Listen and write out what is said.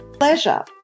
Pleasure